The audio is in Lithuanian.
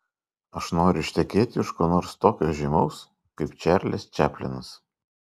aš noriu ištekėti už ko nors tokio žymaus kaip čarlis čaplinas